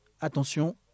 attention